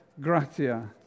gratia